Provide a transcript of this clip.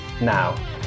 now